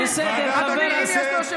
אדוני היושב-ראש,